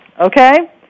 Okay